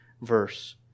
verse